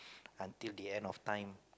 until the end of time